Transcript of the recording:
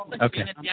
Okay